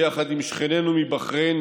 ביחד עם שכנינו מבחריין,